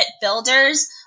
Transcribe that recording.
builders